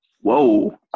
Whoa